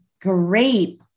great